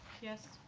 yes.